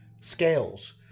scales